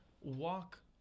walk